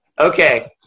Okay